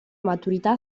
maturità